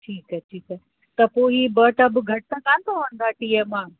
ठीकु आहे ठीकु आहे त पोइ ई ॿ टब घटि त न पवंदा टीह माण्हुनि में